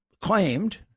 claimed